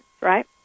Right